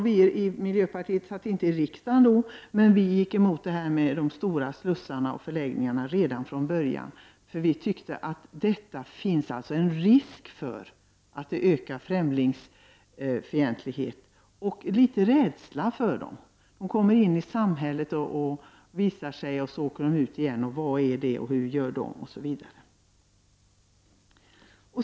Vi i miljöpartiet — vi satt inte i riksdagen då — gick emot de stora slussarna och förläggningarna redan från början. Vi tyckte att det förelåg en risk för att de skulle öka främlingsfientligheten och leda till rädsla. Flyktingarna kommer in i samhället och visar sig, och så åker de ut igen. Frågor uppstår. Vad är det för människor? Vad gör de?